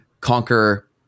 conquer